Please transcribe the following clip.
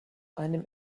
einem